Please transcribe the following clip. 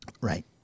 Right